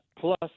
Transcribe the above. plus